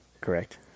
Correct